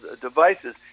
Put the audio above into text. devices